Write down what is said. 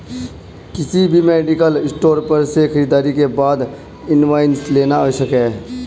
किसी भी medical store पर से खरीदारी के बाद इनवॉइस लेना आवश्यक है